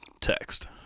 text